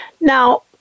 Now